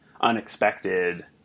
unexpected